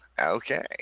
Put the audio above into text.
okay